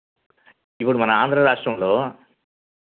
ఇప్పుడు మన ఆంధ్రరాష్ట్రంలో